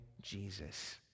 Jesus